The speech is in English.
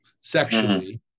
sexually